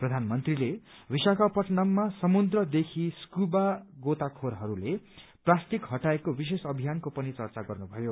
प्रधानमन्त्रीले विशाखापटनममा समुद्रदेखि स्कूबा गोताखोरहरूले प्लास्टिक हटाएको विशेष अभियानको पनि चर्चा गर्नुभयो